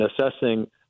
assessing